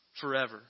forever